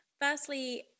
firstly